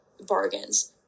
bargains